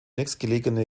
nächstgelegene